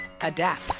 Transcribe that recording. adapt